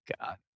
God